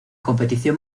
competición